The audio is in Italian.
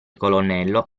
colonnello